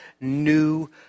new